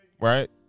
right